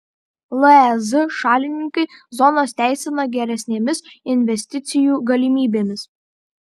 lez šalininkai zonas teisina geresnėmis investicijų galimybėmis